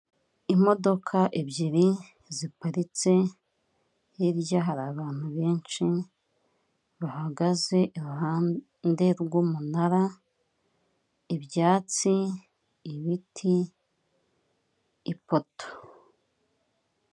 Imodoka ebyiri ziparitse, hirya hari abantu benshi bahagaze iruhande rw'umunara, ibyatsi, ibiti, ipoto.